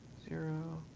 zero